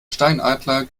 steinadler